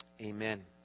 Amen